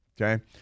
okay